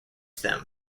them